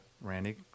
Randy